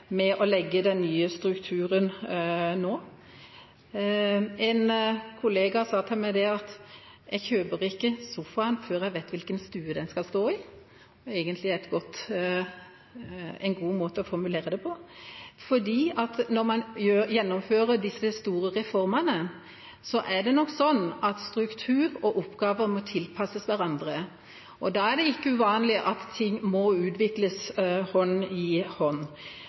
med å legge den nye strukturen nå. En kollega sa til meg: Jeg kjøper ikke sofaen før jeg vet hvilken stue den skal stå i. Det er egentlig en god måte å formulere det på. For når man gjennomfører disse store reformene, er det nok sånn at struktur og oppgaver må tilpasses hverandre. Da er det ikke uvanlig at ting må utvikles hånd i hånd.